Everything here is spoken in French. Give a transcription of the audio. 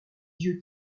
yeux